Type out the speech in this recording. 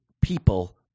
people